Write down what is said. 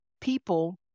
people